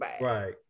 Right